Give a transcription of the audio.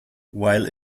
while